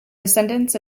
descendants